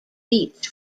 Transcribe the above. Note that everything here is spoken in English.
beats